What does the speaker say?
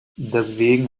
deswegen